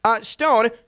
Stone